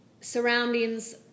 surroundings